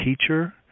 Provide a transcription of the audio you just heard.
teacher